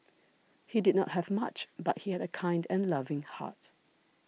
he did not have much but he had a kind and loving heart